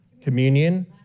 communion